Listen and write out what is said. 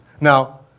Now